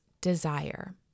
desire